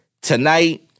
tonight